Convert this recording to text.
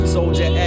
Soldier